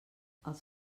els